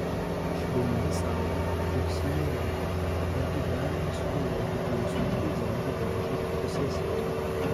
švelni saulė auksiniai lapai argi galima sugalvoti geresnių peizažų gražiai fotosesijai